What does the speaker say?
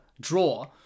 draw